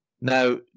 Now